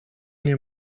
nie